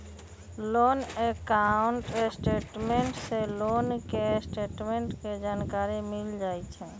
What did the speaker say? loan account statement से loan के status के जानकारी मिल जाइ हइ